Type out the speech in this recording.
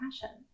passion